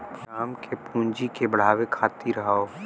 काम के पूँजी के बढ़ावे खातिर हौ